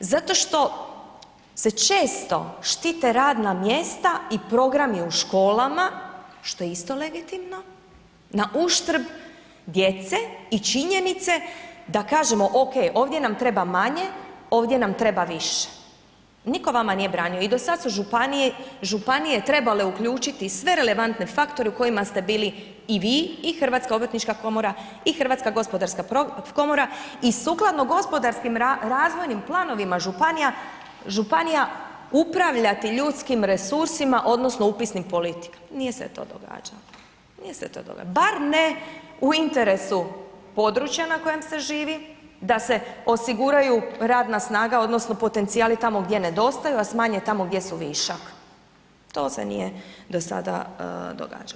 Zato što se često štite radna mjesta i programi u školama, što je isto legitimno nauštrb djece i činjenice da kažemo ok, ovdje nam treba manje, ovdje nam treba više, nitko vama nije branio, i do sad su županije trebale uključiti sve relevantne faktore u kojima ste bili i vi Hrvatska obrtnička komora i Hrvatska gospodarska komora i sukladno gospodarskim razvojnim planovima županija, upravljate ljudskih resursima odnosno upisnim politikama, nije se to događalo, nije se to događalo bar ne u interesu područja na kojem se živi da se osiguraju radna snaga odnosno potencijali tamo gdje nedostaju a smanje tamo gdje su višak, to se nije do sada događalo.